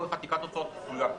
הוצאות כפולה.